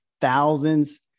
thousands